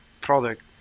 product